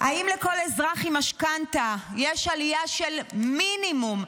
האם לכל אזרח עם משכנתה יש עלייה של מינימום,